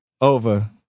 Over